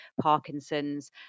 Parkinson's